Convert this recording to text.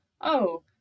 Oh